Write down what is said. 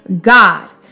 God